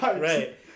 Right